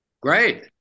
Great